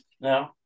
No